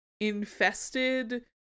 infested